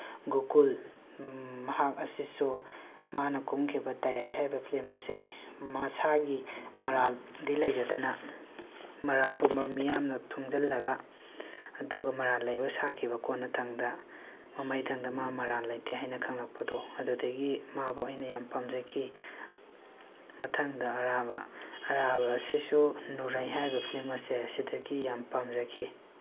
ꯒꯣꯀꯨꯜ ꯃꯍꯥꯛ ꯑꯁꯤꯁꯨ ꯃꯥꯅ ꯀꯨꯝꯈꯤꯕ ꯇꯌꯥꯏ ꯍꯥꯏꯔꯤꯕ ꯐꯤꯂꯝ ꯑꯁꯦ ꯃꯁꯥꯒꯤ ꯃꯔꯥꯜꯗꯤ ꯂꯩꯖꯗꯅ ꯃꯔꯥꯜ ꯄꯨꯝꯕ ꯃꯤꯌꯥꯝꯅ ꯊꯣꯝꯖꯜꯂꯒ ꯑꯗꯨꯒ ꯃꯔꯥꯜ ꯂꯩꯕ ꯁꯥꯈꯤꯕ ꯀꯣꯟꯅꯊꯪꯗ ꯃꯃꯩꯊꯪꯗ ꯃꯥ ꯃꯔꯥꯜ ꯂꯩꯇꯦ ꯍꯥꯏꯅ ꯈꯪꯂꯛꯄꯗꯨ ꯑꯗꯨꯗꯒꯤ ꯃꯥꯕꯨ ꯑꯩꯅ ꯌꯥꯝ ꯄꯥꯝꯖꯈꯤ ꯃꯊꯪꯗ ꯑꯔꯥꯕ ꯑꯔꯥꯕ ꯑꯁꯤꯁꯨ ꯅꯨꯔꯩ ꯍꯥꯏꯔꯤꯕ ꯐꯤꯂꯝ ꯑꯁꯦ ꯑꯁꯤꯗꯒꯤ ꯌꯥꯝ ꯄꯥꯝꯖꯈꯤ